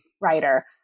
writer